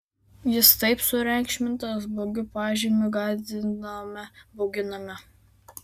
jis taip sureikšmintas blogu pažymiu gąsdiname bauginame